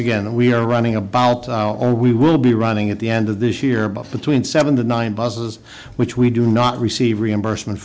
again we are running about or we will be running at the end of this year but between seven to nine busses which we do not receive reimbursement